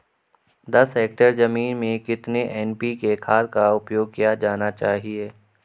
दस हेक्टेयर जमीन में कितनी एन.पी.के खाद का उपयोग किया जाना चाहिए?